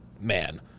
man